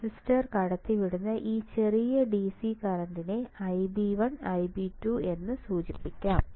transistor കടത്തിവിടുന്ന ഈ ചെറിയ DC കറന്റിനെ Ib1 Ib2 എന്ന് സൂചിപ്പിക്കുന്നു